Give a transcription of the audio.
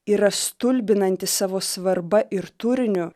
yra stulbinantis savo svarba ir turiniu